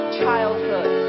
childhood